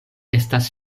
estas